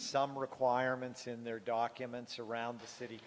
some requirements in their documents around the city